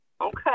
Okay